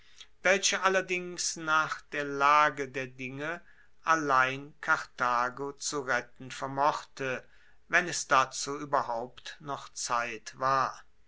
welche allerdings nach der lage der dinge allein karthago zu retten vermochte wenn es dazu ueberhaupt noch zeit war